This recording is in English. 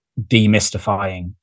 demystifying